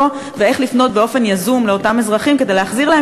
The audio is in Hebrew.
ואיך לפנות באופן יזום לאותם אזרחים כדי להחזיר להם,